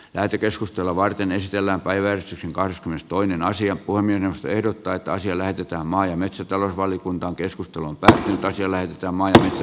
lähetekeskustelua varten ei sisällä päiväys kahdeskymmenestoinen asia kuin minä ehdotan että asia näytetään maa ja metsätalousvaliokunta sitten jonkunnäköinen huomio että mainessa